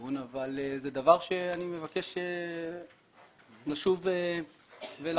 בדיון זה דבר שאני מבקש לשוב ולחשוב